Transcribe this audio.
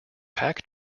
pack